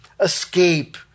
escape